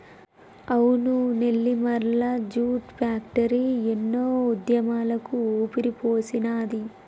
అవును Nellimarla jute factory ఎన్నో ఉద్యమాలకు ఊపిరిపోసినాది